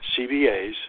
CBAs